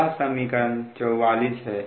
यह समीकरण 44 है